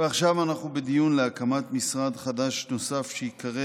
ועכשיו אנחנו בדיון להקמת משרד חדש נוסף שייקרא